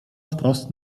wprost